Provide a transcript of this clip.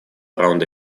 раунда